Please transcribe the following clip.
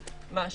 זה מה